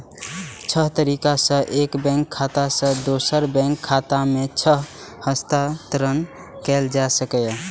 छह तरीका सं एक बैंक खाता सं दोसर बैंक खाता मे धन हस्तांतरण कैल जा सकैए